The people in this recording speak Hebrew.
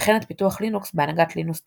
וכן את פיתוח לינוקס בהנהגת לינוס טורבאלדס.